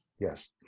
Yes